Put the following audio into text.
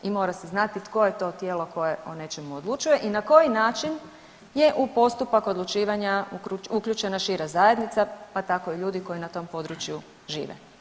I mora se znati tko je to tijelo koje o nečemu odlučuje i na koji način je u postupak odlučivanja uključena šira zajednica pa tako i ljudi koji na tom području žive.